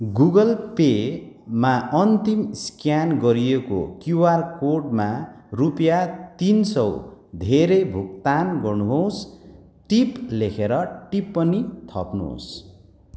Google पेमा अन्तिम scan गरिएको क्युआर कोडमा रुपियाँ तिन सौ धेरै भुक्तान गर्नुहोस् टिप लेखेर टिप्पणी थप्नुहोस्